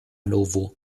novo